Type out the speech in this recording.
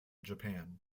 japan